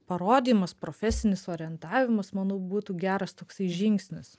parodymas profesinis orientavimas manau būtų geras toksai žingsnis